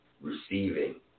receiving